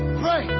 pray